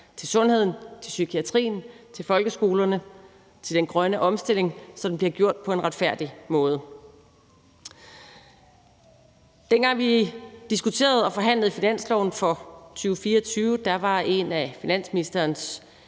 til sundhed, til psykiatrien, til folkeskolerne og til den grønne omstilling, så den bliver gjort på en retfærdig måde. Dengang vi diskuterede og forhandlede finansloven for 2024, var en af finansministerens